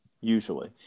usually